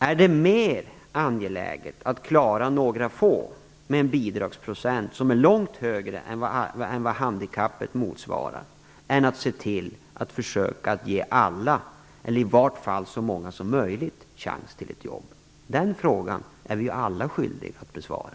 Är det mer angeläget att klara några få med en bidragsprocent som är långt högre än vad handikappet motsvarar än att se till att försöka ge alla eller i vart fall så många som möjligt chans till ett jobb? Den frågan är vi alla skyldiga att besvara.